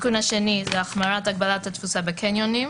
התיקון השני הוא החמרת הגבלת התפוסה בקניונים.